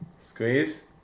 Squeeze